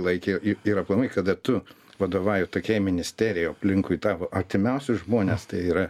laikė ir aplamai kada tu vadovauji tokiai ministerijai o aplinkui tavo artimiausi žmonės tai yra